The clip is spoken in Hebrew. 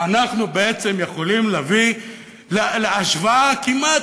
אנחנו בעצם יכולים להביא להשוואה כמעט